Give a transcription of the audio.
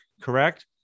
correct